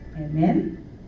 Amen